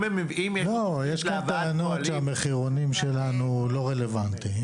יש כאן טענות שהמחירונים שלנו לא רלוונטיים